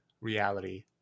reality